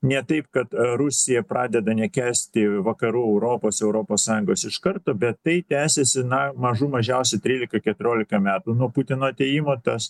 ne taip kad rusija pradeda nekęsti vakarų europos europos sąjungos iš karto bet tai tęsėsi na mažų mažiausia trylik keturiolika metų nuo putino atėjimo tas